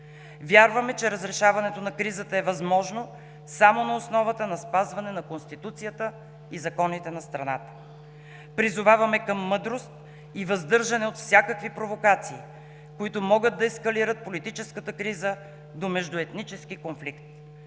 Вярваме, че разрешаването на кризата е възможно само на основата на спазване на Конституцията и законите на страната. Призоваваме към мъдрост и въздържане от всякакви провокации, които могат да ескалират политическата криза до междуетнически конфликт.